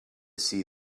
see